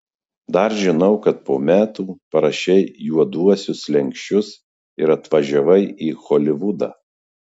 dar žinau kad po metų parašei juoduosius slenksčius ir atvažiavai į holivudą